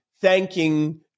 thanking